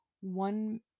one